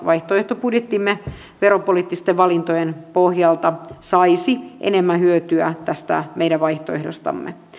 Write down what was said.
vaihtoehtobudjettimme veropoliittisten valintojen pohjalta yhdeksänkymmentäviisi prosenttia suomalaisista saisi enemmän hyötyä tästä meidän vaihtoehdostamme